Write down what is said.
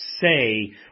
say